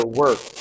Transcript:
work